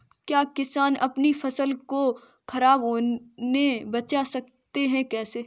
क्या किसान अपनी फसल को खराब होने बचा सकते हैं कैसे?